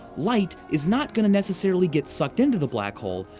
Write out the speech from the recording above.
light is not going to necessarily get sucked into the black hole,